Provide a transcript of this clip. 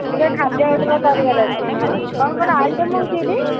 ଟିକେ ଖାଦ୍ୟ ଅର୍ଡ଼ର୍ କରିବାର ଅଛି କ'ଣ କ'ଣ ଆଇଟମ୍ ହେଉଛି ଏଇଠି